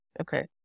Okay